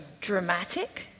dramatic